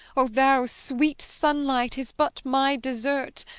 o thou sweet sunlight, is but my desert!